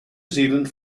zealand